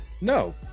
No